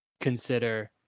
consider